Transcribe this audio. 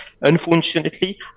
unfortunately